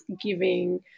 giving